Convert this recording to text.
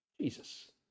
Jesus